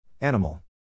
Animal